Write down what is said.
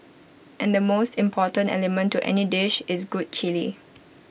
and the most important element to any dish is good Chilli